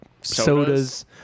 sodas